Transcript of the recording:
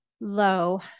low